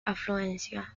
afluencia